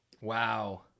wow